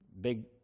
big